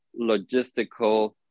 logistical